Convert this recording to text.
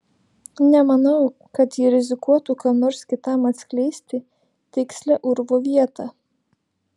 nemanau kad ji rizikuotų kam nors kitam atskleisti tikslią urvo vietą